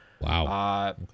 Wow